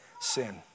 sin